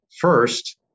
first